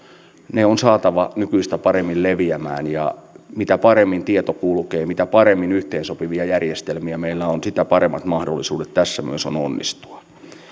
on saatava nykyistä paremmin leviämään ja mitä paremmin tieto kulkee mitä paremmin yhteensopivia järjestelmiä meillä on sitä paremmat mahdollisuudet tässä myös on onnistua